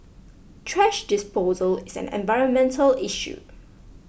thrash disposal is an environmental issue